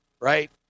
Right